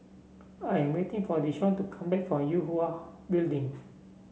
I am waiting for Deshawn to come back from Yue Hwa Building